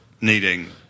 needing